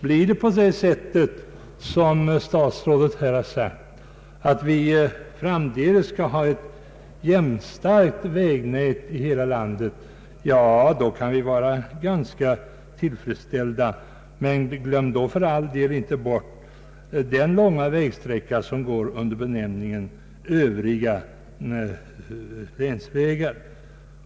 Blir det så, som statsrådet här har sagt, att vi framdeles får ett jämnstarkt vägnät i hela landet, då kan vi känna oss ganska tillfredsställda. Men glöm för all del inte bort de långa vägsträckor som går under beteckningen Övriga länsvägar.